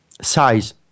size